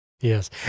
Yes